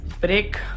break